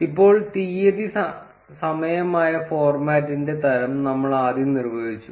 ഇപ്പോൾ തീയതി സമയമായ ഫോർമാറ്റിന്റെ തരം നമ്മൾ ആദ്യം നിർവ്വചിച്ചു